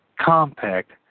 compact